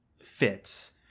fits